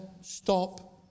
stop